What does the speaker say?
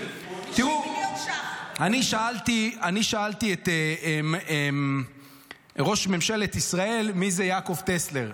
אני שאלתי את ראש ממשלת ישראל מי זה יעקב טסלר.